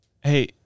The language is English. Hey